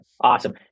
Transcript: Awesome